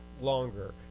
longer